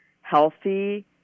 healthy